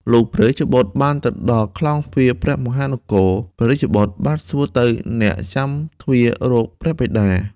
លុះព្រះរាជបុត្របានទៅដល់ក្លោងទ្វារព្រះមហានគរ ព្រះរាជបុត្របានសួរទៅអ្នកចាំទ្វាររកព្រះបិតា។